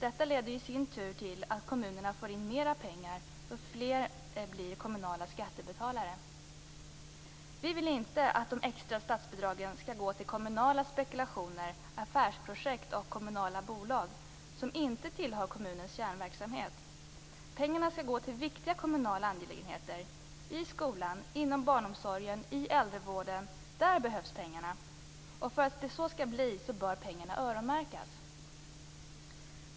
Detta leder i sin tur till att kommunerna får in mer pengar då fler blir kommunala skattebetalare. Vi vill inte att de extra statsbidragen skall gå till kommunala spekulationer, affärsprojekt och kommunala bolag, som inte tillhör kommunens kärnverksamhet. Pengarna skall gå till viktiga kommunala angelägenheter i skolan, inom barnomsorgen, i äldrevården. Där behövs pengarna! För att det så skall bli bör pengarna öronmärkas.